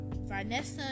vanessa